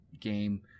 game